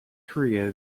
korea